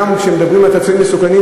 כשמדברים על צעצועים מסוכנים,